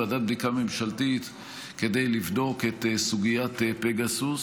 ועדת בדיקה ממשלתית כדי לבדוק את סוגיית פגסוס,